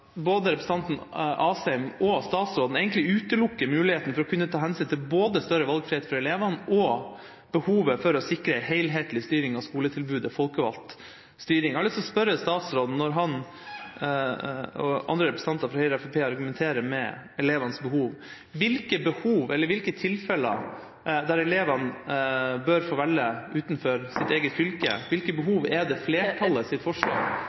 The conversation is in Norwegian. både representanten Asheim og statsråden egentlig utelukker muligheten for å kunne ta hensyn til både større valgfrihet for elevene og behovet for å sikre helhetlig styring av skoletilbudet – folkevalgt styring. Jeg har lyst til å spørre statsråden, når han og andre representanter fra Høyre og Fremskrittspartiet argumenterer med elevenes behov: Hvilke behov der elevene bør få velge utenfor sitt eget fylke er det flertallets forslag